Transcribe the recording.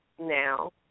now